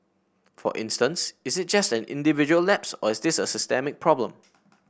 for instance is it just an individual lapse or is this a systemic problem